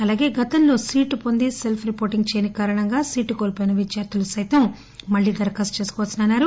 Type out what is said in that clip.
అలాగే గతంలో సీటు పొంది సెల్స్ రిపోర్టింగ్ చేయని కారణంగా సీటు కోల్పోయిన విద్యార్థులు సైతం మళ్లీ దరఖాస్తు చేసుకోవచ్చన్నారు